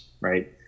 Right